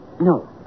No